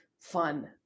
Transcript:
fun